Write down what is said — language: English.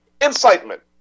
Incitement